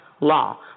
law